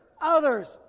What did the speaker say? others